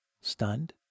Stunned